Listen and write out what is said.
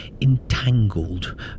entangled